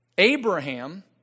Abraham